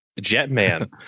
Jetman